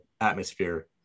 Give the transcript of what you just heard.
atmosphere